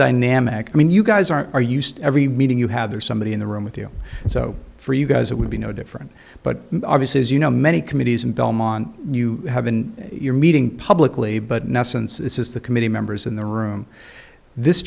dynamic i mean you guys are used every meeting you have there's somebody in the room with you so for you guys it would be no different but obviously as you know many committees in belmont you have in your meeting publicly but now since this is the committee members in the room this